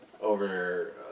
over